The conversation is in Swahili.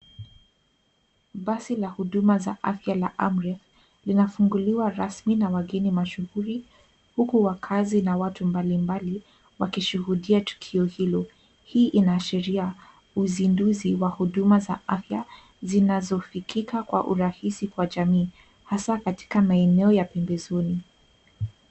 Basi la huduma za afya la Amref, linafunguliwa rasmi na wageni mashuhuri ,huku wakaazi na watu mbalimbali wakishuhudia tukio hilo. Hii inaashiria uzinduzi wa huduma za afya zinazofikika kwa urahisi kwa jamii, hasaa katika maeneo ya pembezoni.